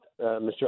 Mr